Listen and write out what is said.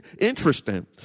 interesting